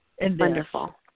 Wonderful